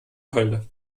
keule